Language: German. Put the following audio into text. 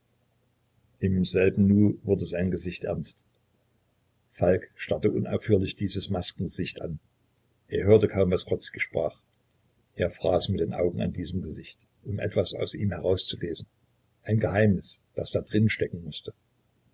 im selben nu wurde sein gesicht ernst falk starrte unaufhörlich dies maskengesicht an er hörte kaum was grodzki sprach er fraß mit den augen an diesem gesicht um etwas aus ihm herauszulesen ein geheimnis das da drin stecken mußte